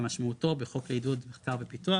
כמשמעותו בחוק לעידוד מחקר ופיתוח,